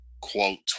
quote